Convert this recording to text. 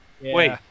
Wait